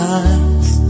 eyes